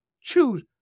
choose